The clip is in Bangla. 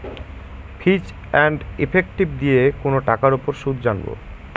ফিচ এন্ড ইফেক্টিভ দিয়ে কোনো টাকার উপর সুদ জানবো